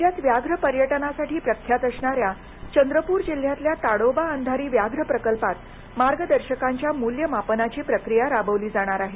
राज्यात व्याघ्र पर्यटनासाठी प्रख्यात असणाऱ्या चंद्रपूर जिल्ह्यातल्या ताडोबा अंधारी व्याघ्र प्रकल्पात मार्गदर्शकांच्या मूल्यामापनाची प्रक्रिया राबविली जाणार आहे